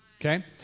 Okay